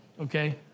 okay